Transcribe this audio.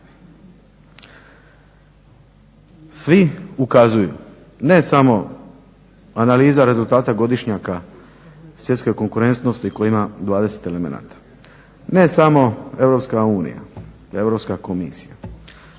Svi ukazuju, ne samo analiza rezultata godišnjaka svjetske konkurentnosti koja ima 20 elemenata, ne samo EU, Europska